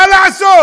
מה לעשות?